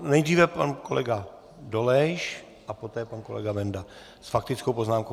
Nejdříve pan kolega Dolejš, poté pan kolega Benda s faktickou poznámkou.